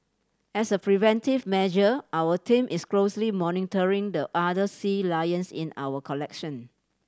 as a preventive measure our team is closely monitoring the other sea lions in our collection